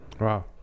Wow